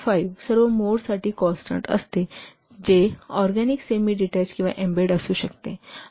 5 सर्व मोडसाठी कॉन्स्टन्ट असते जे ऑरगॅनिक सेमी डिटॅच किंवा एम्बेड असू शकते